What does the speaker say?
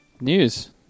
News